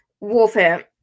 warfare